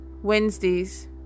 Wednesdays